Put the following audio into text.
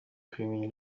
kubimenya